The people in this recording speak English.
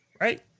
Right